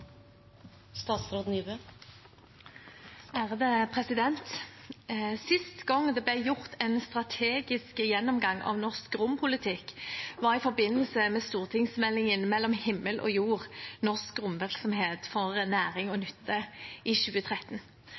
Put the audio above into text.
Sist gang det ble gjort en strategisk gjennomgang av norsk rompolitikk, var i forbindelse med stortingsmeldingen Mellom himmel og jord: Norsk romvirksomhet for næring og nytte – i 2013.